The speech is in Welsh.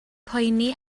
poeni